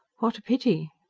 what a pity!